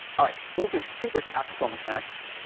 all right, these are super tactical mechanics.